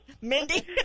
Mindy